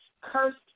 cursed